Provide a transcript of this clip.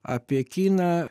apie kiną